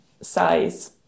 size